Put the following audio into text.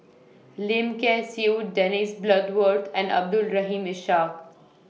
Lim Kay Siu Dennis Bloodworth and Abdul Rahim Ishak